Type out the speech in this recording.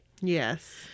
Yes